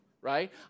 right